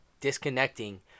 disconnecting